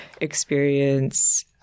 experience